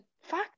fuck